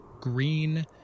green